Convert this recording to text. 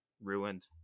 ruined